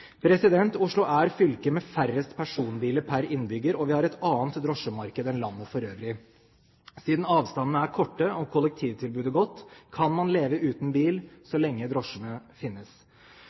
Oslo er fylket med færrest personbiler per innbygger, og vi har et annet drosjemarked enn landet for øvrig. Siden avstandene er korte og kollektivtilbudet godt, kan man leve uten bil så lenge drosjene finnes.